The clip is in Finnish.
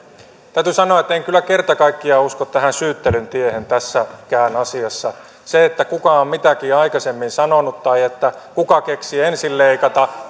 täytyy sanoa että en kyllä kerta kaikkiaan usko tähän syyttelyn tiehen tässäkään asiassa siihen että kuka on mitäkin aikaisemmin sanonut tai kuka keksi ensin leikata